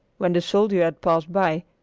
when the soldier had passed by,